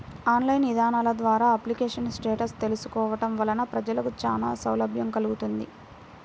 online ఇదానాల ద్వారా application status తెలుసుకోవడం వలన ప్రజలకు చానా సౌలభ్యం కల్గుతుంది